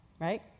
right